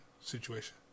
situation